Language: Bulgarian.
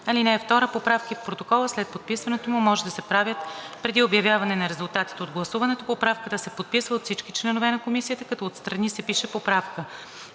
комисията. (2) Поправки в протокола след подписването му може да се правят преди обявяване на резултатите от гласуването. Поправката се подписва от всички членове на комисията, като отстрани се пише „поправка“.